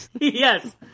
Yes